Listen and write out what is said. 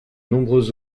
nombreux